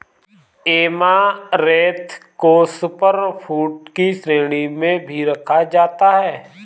amaranth को super food की श्रेणी में भी रखा जाता है